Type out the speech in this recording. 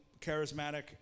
charismatic